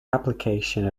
application